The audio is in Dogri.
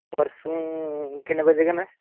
परसों किन्ने बजे कन्नै